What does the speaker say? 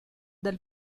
del